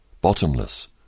bottomless